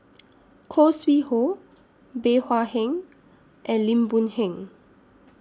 Khoo Sui Hoe Bey Hua Heng and Lim Boon Heng